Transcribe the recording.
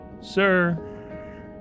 sir